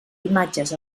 imatges